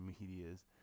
medias